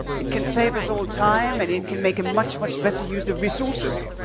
it can save us all time, and it can make a much, much better use of resources.